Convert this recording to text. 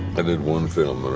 i did one film